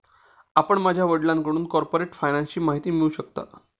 आपण माझ्या वडिलांकडून कॉर्पोरेट फायनान्सची माहिती मिळवू शकता